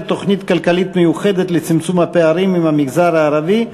תוכנית כלכלית מיוחדת לצמצום הפערים במגזר הערבי,